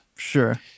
Sure